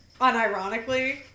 unironically